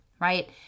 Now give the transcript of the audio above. right